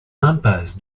impasse